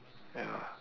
ya